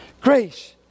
Grace